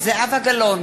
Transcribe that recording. זהבה גלאון,